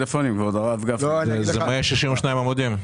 פטור ממס שבח ופטור ממס רכישה של כל מיסוי המקרקעין.